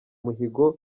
mihigo